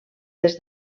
des